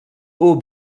haut